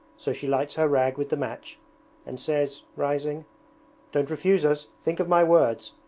so she lights her rag with the match and says, rising don't refuse us, think of my words.